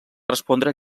respondre